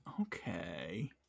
okay